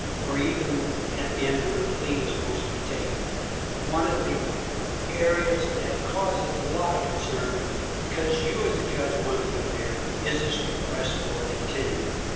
or even, at the end, where a plea was supposed to be taken one of the areas that causes a lot of concern because you as a judge want to be fair, is this request for a continuance.